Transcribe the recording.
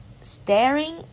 staring